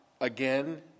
again